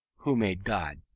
who made god?